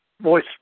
voice